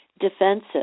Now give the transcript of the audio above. defensive